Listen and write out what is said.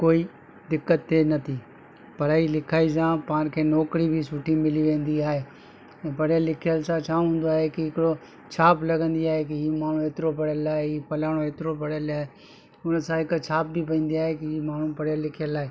कोई दिक़त थिए नथी पढ़ाई लिखाई सां पाण खे नौकिरी बि सुठी मिली वेंदी आहे पढ़ियल लिखियल सां छा हूंदो आहे की हिकिड़ो छाप लॻंदी आहे की हीउ माण्हू एतिरो पढ़ियलु आहे हीउ फलाणो एतिरो पढ़ियलु आहे उन सां हिकु छाप बि पवंदी आहे की हीउ माण्हू पढ़ियलु लिखियलु आहे